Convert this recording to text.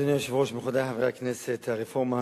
אדוני היושב-ראש, רבותי חברי הכנסת, הרפורמה